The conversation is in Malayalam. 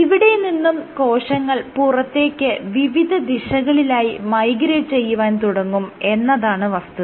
ഇവിടെ നിന്നും കോശങ്ങൾ പുറത്തേക്ക് വിവിധ ദിശകളിലായി മൈഗ്രേറ്റ് ചെയ്യുവാൻ തുടങ്ങും എന്നതാണ് വസ്തുത